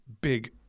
big